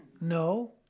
No